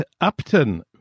Upton